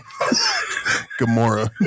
Gamora